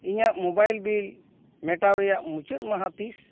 ᱤᱧᱟᱹᱜ mobile bill ᱢᱮᱴᱟᱣ ᱨᱮᱭᱟᱜ ᱢᱩᱪᱟᱹᱫ ᱢᱟᱦᱟ ᱛᱤᱥ